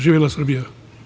Živela Srbija.